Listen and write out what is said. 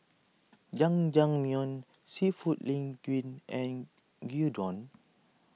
Jajangmyeon Seafood Linguine and Gyudon